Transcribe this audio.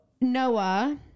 Noah